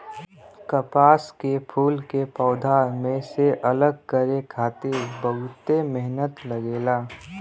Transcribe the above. कपास के फूल के पौधा में से अलग करे खातिर बहुते मेहनत लगेला